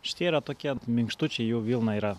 šitie yra tokie minkštučiai jų vilna yra